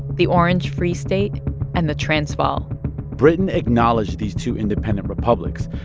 the orange free state and the transvaal britain acknowledged these two independent republics,